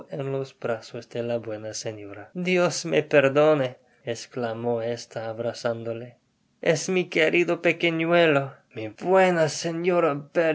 en los brazos de la buena señora dios me perdone esclamó esta abrazándole es mi querido pequeñuelo mi buena